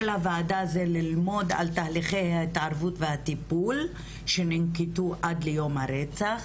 הוועדה זה ללמוד על תהליכי ההתערבות והטיפול שננקטו עד ליום הרצח,